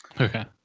Okay